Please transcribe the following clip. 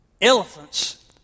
Elephants